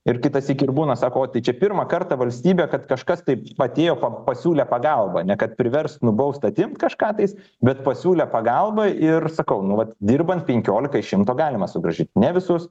ir kitąsyk ir būna sako o tai čia pirmą kartą valstybė kad kažkas tai atėjo pa pasiūlė pagalbą ne kad priverst nubaust atimt kažką tais bet pasiūlė pagalbą ir sakau nu vat dirbant penkiolika iš šimto galima sugrąžint ne visus